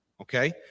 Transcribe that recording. okay